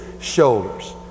shoulders